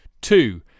Two